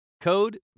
Code